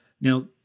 Now